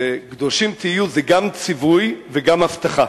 ש"קדושים תהיו" זה גם ציווי וזאת גם הבטחה,